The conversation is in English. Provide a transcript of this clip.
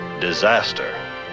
disaster